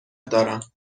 دارم